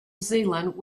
zealand